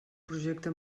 projecte